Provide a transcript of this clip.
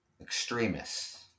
Extremists